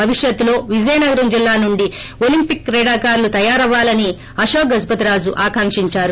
భవిష్యత్తులో విజయనగరం జిల్లా నుండి ఒలీంపిక్ క్రీడాకారులు తయారవ్యాలని అశోక్ గజపతిరాజు ఆకాంకించారు